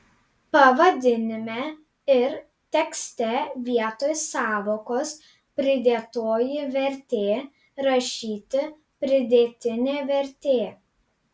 pavadinime ir tekste vietoj sąvokos pridėtoji vertė rašyti pridėtinė vertė